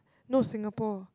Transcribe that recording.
no Singapore